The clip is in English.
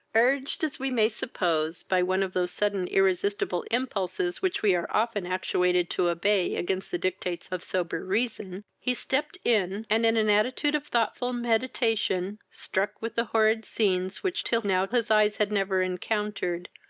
urged, as we may suppose, by one of those sudden irresistible impulses which we are often actuated to obey against the dictates of sober reason, he stept in, and in an attitude of thoughtful meditation, struck with the horrid scenes which till now his eyes had never encountered,